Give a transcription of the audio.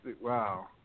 Wow